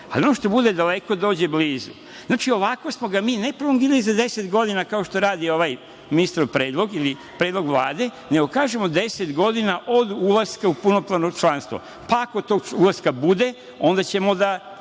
ali ono što bude daleko dođe blizu, znači ovako smo ga mi prolongirali ne za 10 godina kao što to radi ovaj ministrov predlog ili predlog Vlade, nego kažemo 10 godina od ulaska u punopravno članstvo. Ako tog ulaska bude, onda ćemo da